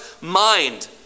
mind